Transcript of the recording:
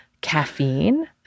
caffeine